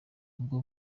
nibwo